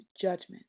judgment